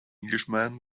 englishman